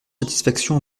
satisfaction